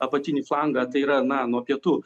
apatinį flangą tai yra na nuo pietų